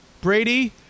Brady